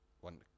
one